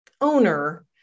owner